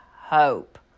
hope